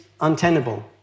untenable